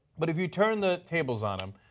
but, if you turn the tables on them,